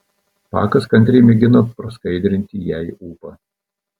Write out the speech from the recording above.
pakas kantriai mėgino praskaidrinti jai ūpą